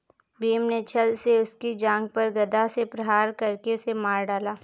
भीम ने छ्ल से उसकी जांघ पर गदा से प्रहार करके उसे मार डाला